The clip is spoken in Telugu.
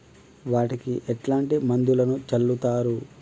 వాటికి ఎట్లాంటి మందులను చల్లుతరు?